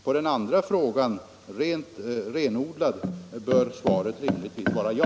På den andra frågan bör svaret rimligtvis vara ja.